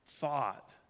thought